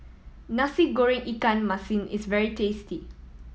Nasi Goreng ikan masin is very tasty